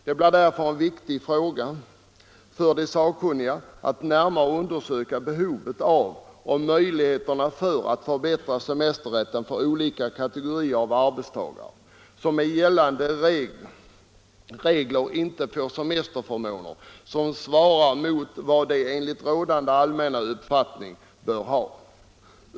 Det blir därför en viktig uppgift för de sakkunniga att närmare undersöka behovet av och möjligheterna för att förbättra semesterrätten för olika kategorier av arbetstagare, som med gällande regler inte får semesterförmåner som svarar mot vad de enligt rådande allmän uppfattning bör ha.